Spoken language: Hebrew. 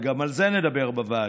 וגם על זה נדבר בוועדה,